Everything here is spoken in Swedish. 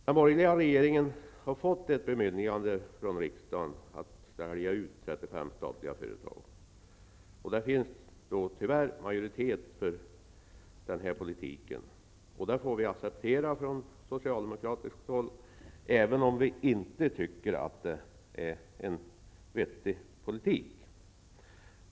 Den borgerliga regeringen har fått ett bemyndigande från riksdagen att sälja ut 35 statliga företag. Det finns tyvärr en majoritet för denna politik, och det får vi acceptera från socialdemokratiskt håll, även om vi inte tycker att det är en vettig politik.